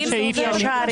האירוע?